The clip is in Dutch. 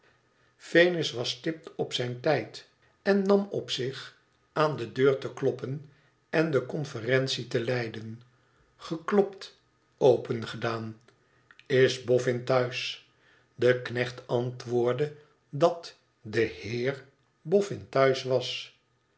venus was stipt op zijn tijd en nam op zich aan de deur te kloppoi en de conferentie te leiden geklopt opengedaan isboffin thuis de knecht antwoordde dat de heer boffin thuis was